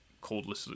coldly